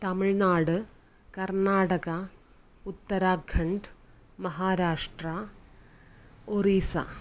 Tamil Nadu Karnataka Uttarakhand Maharashtra Orissa